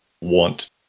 want